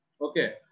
Okay